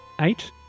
Eight